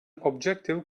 objective